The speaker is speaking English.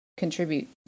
Contribute